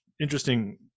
interesting